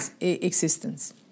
existence